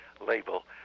label